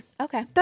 Okay